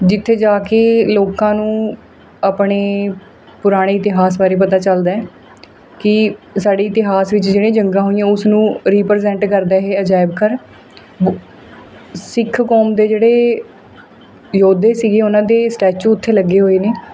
ਜਿੱਥੇ ਜਾ ਕੇ ਲੋਕਾਂ ਨੂੰ ਆਪਣੇ ਪੁਰਾਣੇ ਇਤਿਹਾਸ ਬਾਰੇ ਪਤਾ ਚੱਲਦਾ ਕਿ ਸਾਡੇ ਇਤਿਹਾਸ ਵਿੱਚ ਜਿਹੜੀਆਂ ਜੰਗਾਂ ਹੋਈਆਂ ਉਸਨੂੰ ਰੀਪ੍ਰਜੈਂਟ ਕਰਦਾ ਇਹ ਅਜਾਇਬ ਘਰ ਸਿੱਖ ਕੌਮ ਦੇ ਜਿਹੜੇ ਯੋਧੇ ਸੀਗੇ ਉਹਨਾਂ ਦੇ ਸਟੈਚੂ ਉੱਥੇ ਲੱਗੇ ਹੋਏ ਨੇ